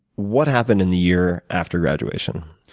what happened in the year after graduation?